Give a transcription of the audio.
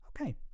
Okay